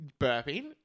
Burping